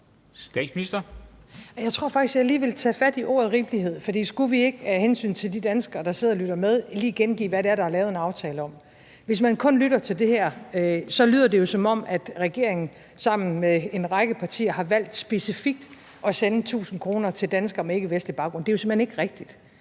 Frederiksen): Jeg tror faktisk, jeg lige vil tage fat i ordet rimelighed , for skulle vi ikke af hensyn til de danskere, der sidder og lytter med, lige gengive, hvad det er, der er lavet en aftale om. Hvis man kun lytter til det her, lyder det, som om regeringen sammen med en række partier har valgt specifikt at sende 1.000 kr. til danskere med ikkevestlig baggrund. Det er jo simpelt hen ikke rigtigt.